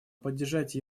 поддержать